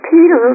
Peter